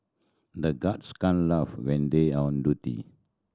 the guards can't laugh when they are on duty